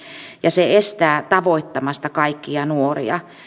ja se estää tavoittamasta kaikkia nuoria